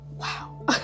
wow